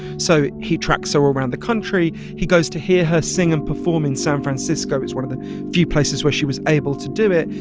so he tracks all so around the country. he goes to hear her sing and perform in san francisco. it's one of the few places where she was able to do it.